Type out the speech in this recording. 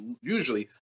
usually